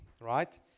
right